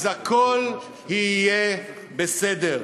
אז הכול יהיה בסדר.